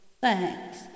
Thanks